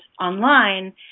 online